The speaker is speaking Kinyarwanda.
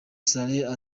salah